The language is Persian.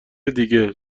دیگه